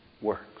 works